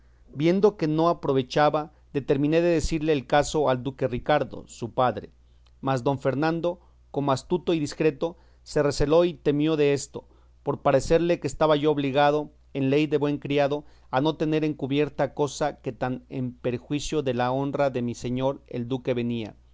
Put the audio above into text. viendo que no aprovechaba determiné de decirle el caso al duque ricardo su padre mas don fernando como astuto y discreto se receló y temió desto por parecerle que estaba yo obligado en vez de buen criado no tener encubierta cosa que tan en perjuicio de la honra de mi señor el duque venía